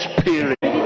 Spirit